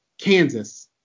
Kansas